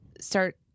start